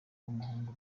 w’umuhungu